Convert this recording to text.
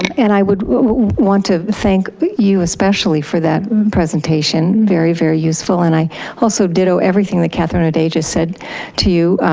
and i want to thank you especially for that presentation, very, very useful and i also ditto everything that katherine o'dea just said to you.